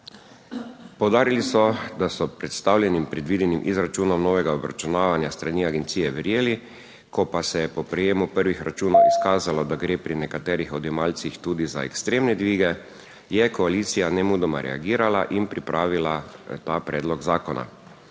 Poudarili so, da so predstavljenim predvidenim izračunom novega obračunavanja s strani agencije verjeli, ko pa se je po prejemu prvih računov izkazalo, da gre pri nekaterih odjemalcih tudi za ekstremne dvige, je koalicija nemudoma reagirala in pripravila ta predlog zakona.